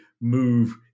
move